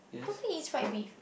don't feel he eat fried beef